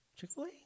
Chick-fil-A